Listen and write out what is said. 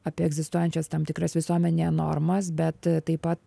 apie egzistuojančias tam tikras visuomenėje normas bet taip pat